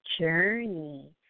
journey